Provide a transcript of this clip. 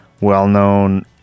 well-known